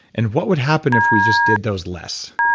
and what would happen if we just did those less?